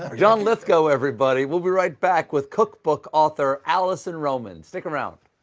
john lithgow, everybody! we'll be right back with cookbook author allison roman. stick around.